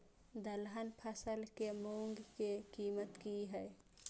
दलहन फसल के मूँग के कीमत की हय?